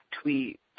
tweet